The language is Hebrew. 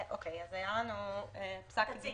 היה פסק דין